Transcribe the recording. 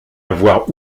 avoir